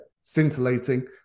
scintillating